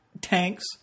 tanks